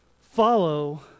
Follow